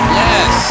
yes